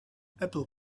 apple